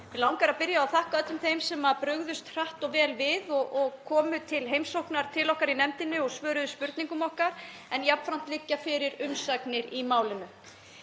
Mig langar að byrja á að þakka öllum þeim sem brugðust hratt og vel við og komu í heimsókn til okkar í nefndinni og svöruðu spurningum okkar, en jafnframt liggja fyrir umsagnir í málinu.